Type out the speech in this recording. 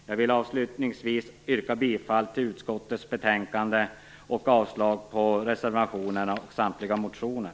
Jag vill avslutningsvis yrka bifall till hemställan i utskottets betänkande och avslag på samtliga reservationer.